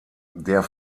der